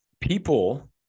people